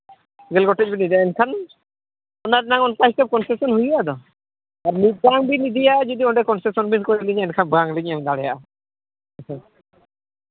ᱜᱮᱞ ᱜᱚᱴᱮᱡ ᱵᱤᱱ ᱤᱫᱤᱭᱟ ᱮᱱᱠᱷᱟᱱ ᱚᱱᱟ ᱨᱮᱭᱟᱜ ᱚᱱᱠᱟ ᱦᱤᱥᱟᱹᱵᱽ ᱠᱚᱱᱥᱮᱥᱚᱱ ᱦᱩᱭᱩᱜᱼᱟ ᱟᱫᱚ ᱟᱨ ᱢᱤᱫᱴᱟᱱ ᱵᱮᱱ ᱤᱫᱤᱭᱟ ᱡᱩᱫᱤ ᱚᱸᱰᱮ ᱠᱚᱱᱥᱮᱥᱚᱱ ᱵᱤᱱ ᱠᱚᱭ ᱞᱤᱧᱟ ᱮᱱᱠᱷᱟᱱ ᱵᱟᱝᱞᱤᱧ ᱮᱢ ᱫᱟᱲᱮᱭᱟᱜᱼᱟ ᱦᱮᱸᱥᱮ